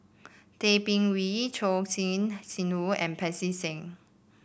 Tay Bin Wee Choor Singh Sidhu and Pancy Seng